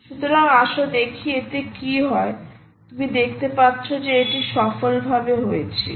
সুতরাং আসো দেখি এতে কি হয় তুমি দেখতে পাচ্ছো যে এটি সফলভাবে হয়েছিল